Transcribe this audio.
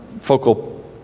focal